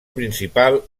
principal